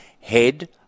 head